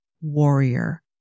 warrior